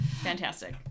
Fantastic